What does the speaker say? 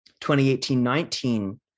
2018-19